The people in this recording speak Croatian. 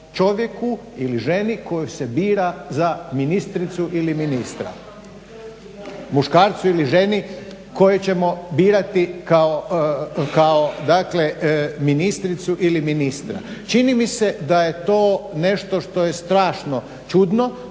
čovjeku ili ženi koja se bira za ministricu ili ministra, muškarcu ili ženi koje ćemo birati kao ministricu ili ministra. Čini mi se da je to nešto što je strašno čudno